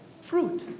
fruit